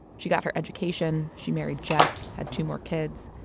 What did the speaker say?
she got her education. she married jeff, had two more kids.